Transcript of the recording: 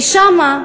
ושם,